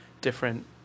different